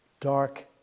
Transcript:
dark